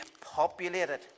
populated